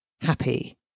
happy